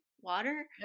water